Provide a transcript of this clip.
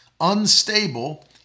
unstable